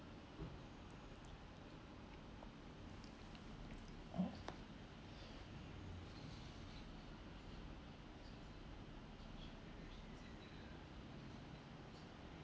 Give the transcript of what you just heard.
uh